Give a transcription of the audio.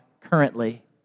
currently